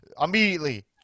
immediately